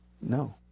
No